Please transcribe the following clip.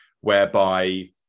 whereby